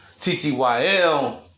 TTYL